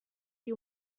you